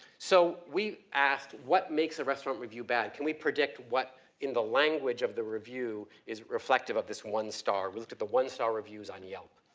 so we asked what makes a restaurant review bad? can we predict what in the language of the review is reflective of this one star? we looked at the one start reviews on yelp.